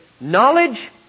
knowledge